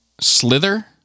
Slither